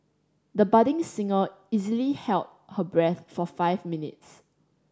the budding singer easily held her breath for five minutes